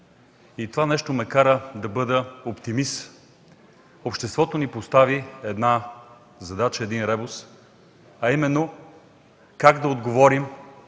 нещо, което ме кара да бъда оптимист. Обществото ни постави една задача, един ребус, а именно как да отговорим